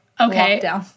okay